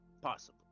Possible